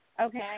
Okay